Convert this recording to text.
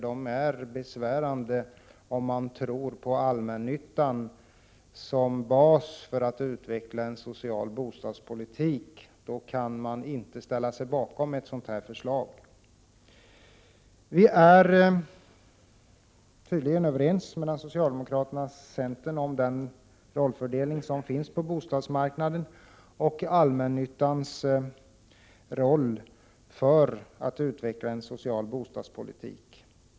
De är besvärande, för tror man på allmännyttan som bas för utvecklingen av en social bostadspolitik, kan man inte ställa sig bakom ett sådant förslag som det här är fråga om. Socialdemokraterna och centern är tydligen överens om rollfördelningen på bostadsmarknaden och om allmännyttans roll när det gäller att utveckla en social bostadspolitik.